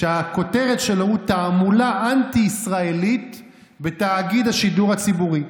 שהכותרת שלו היא: תעמולה אנטי-ישראלית בתאגיד השידור הציבורי.